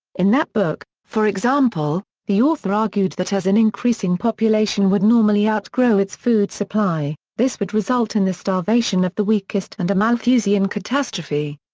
in that book, for example, the author argued that as an increasing population would normally outgrow its food supply, this would result in the starvation of the weakest and a malthusian catastrophe.